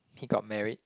he got married